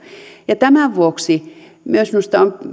tämän vuoksi minusta